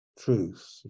Truth